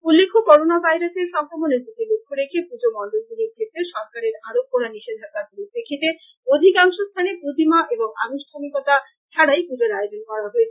উল্লেখ্য করোনা ভাইরাসের সংক্রমণের প্রতি লক্ষ্য রেখে পজো মন্ডপগুলির ক্ষেত্রে সরকারের আরোপ করা নিষেধাজ্ঞার পরিপ্রেক্ষিতে অধিকাংশ স্থানে প্রতিমা এবং আনুষ্ঠানিকতা ছাড়াই পুজোর আয়োজন করা হয়েছে